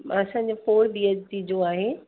असांजो four B H K जो आहे